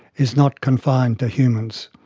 is not confined to humans.